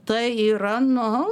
tai yra nu